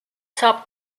saab